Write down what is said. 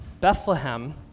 Bethlehem